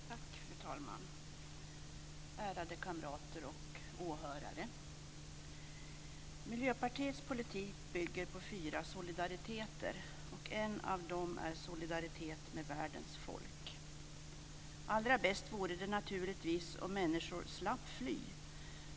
Fru talman! Ärade kamrater och åhörare! Miljöpartiets politik bygger på fyra solidariteter. En av dem är solidaritet med världens folk. Allra bäst vore det naturligtvis om människor slapp att fly.